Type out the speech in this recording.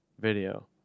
video